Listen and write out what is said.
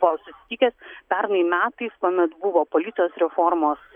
buvo susitikęs pernai metais kuomet buvo policijos reformos